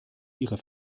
ihrer